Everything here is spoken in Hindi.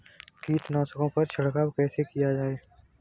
कीटनाशकों पर छिड़काव कैसे किया जाए?